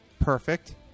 Perfect